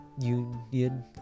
union